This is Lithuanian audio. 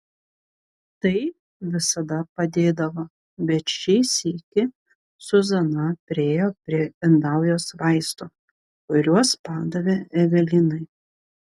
tai visada padėdavo bet šį sykį zuzana priėjo prie indaujos vaistų kuriuos padavė evelinai